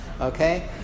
Okay